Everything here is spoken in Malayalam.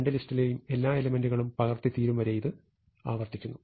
രണ്ടു ലിസ്റ്റിലെയും എല്ലാ എലെമെന്റുകളും പകർത്തി തീരും വരെ ഇത് ആവർത്തിക്കുന്നു